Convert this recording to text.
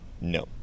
No